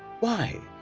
why,